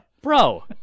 bro